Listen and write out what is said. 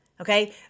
okay